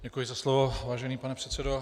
Děkuji za slovo, vážený pane předsedo.